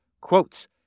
quotes